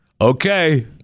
okay